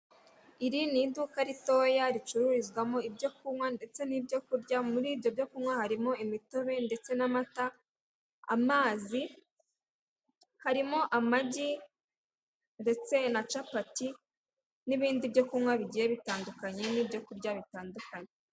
Iri ni iduka ritoya ricururizwamo ibyo kunywa ndetse n'ibyo kurya, muri ibyo byo kunywa harimo imitobe ndetse n'amata, amazi, harimo amagi ndetse na capati, n'ibindi byo kunywa bigiye bitandukanye, n'ibyo kurya bitandukanye.